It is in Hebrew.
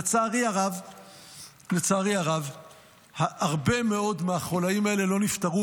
לצערי הרב הרבה מאוד מהחוליים האלה לא נפתרו,